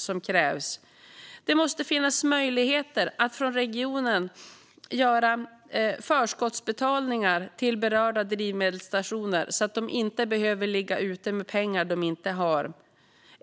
som krävs. Det måste finnas möjligheter att från regionen göra förskottsutbetalningar till berörda drivmedelsstationer så att de inte behöver ligga ute med pengar som de inte har.